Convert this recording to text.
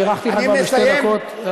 הארכתי לך כבר בשתי דקות.